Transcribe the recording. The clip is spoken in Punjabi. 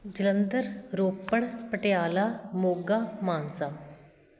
ਜਲੰਧਰ ਰੋਪੜ ਪਟਿਆਲਾ ਮੋਗਾ ਮਾਨਸਾ